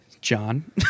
John